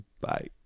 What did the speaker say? Bye